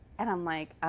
and i'm like,